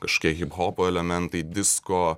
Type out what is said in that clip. kažkokie hiphopo elementai disko